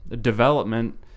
development